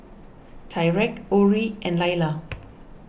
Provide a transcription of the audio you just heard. Tyreke Orie and Lila